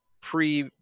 pre